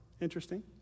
Interesting